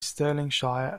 stirlingshire